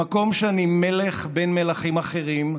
במקום שאני מלך בין מלכים אחרים,